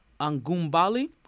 Angumbali